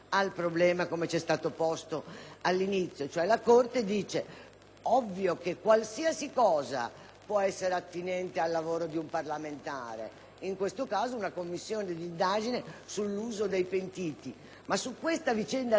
ovvio che qualsiasi cosa può essere attinente al lavoro di un parlamentare, in questo caso una Commissione d'indagine sull'uso dei pentiti, ma su questa vicenda specifica il senatore cosa ha fatto? Nulla come senatore.